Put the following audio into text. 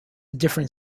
different